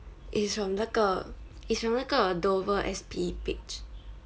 it's from 那个 it's from 那个 dover S_P page